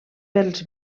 pels